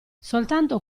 soltanto